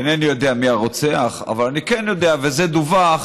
אינני יודע מי הרוצח, אבל אני כן יודע, וזה דווח,